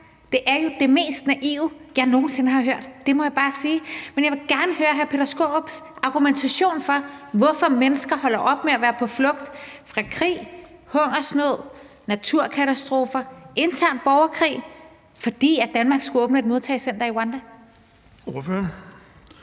Det er jo det mest naive, jeg nogen sinde har hørt; det må jeg bare sige. Men jeg vil gerne høre hr. Peter Skaarups argumentation for, hvorfor mennesker holder op med at være på flugt fra krig, hungersnød, naturkatastrofer og intern borgerkrig, fordi Danmark skulle åbne et modtagecenter i Rwanda. Kl.